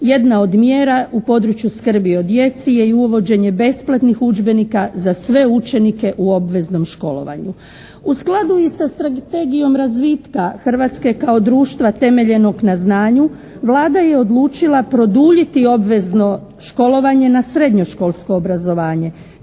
jedna od mjera u području skrbi o djeci i uvođenje besplatnih udžbenika za sve učenike u obveznom školovanju. U skladu i sa strategijom razvitka Hrvatske kao društva temeljenog na znanju Vlada je odlučila produljiti obvezno školovanje na srednjoškolsko obrazovanje,